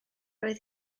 oedd